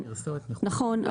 נכון,